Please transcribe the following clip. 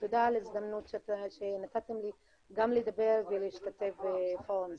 ותודה על ההזדמנות שנתתם לי גם לדבר ולהשתתף בפורום הזה.